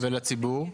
ולציבור?